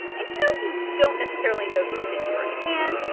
and, you know, you don't necessarily know these things firsthand.